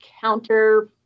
counter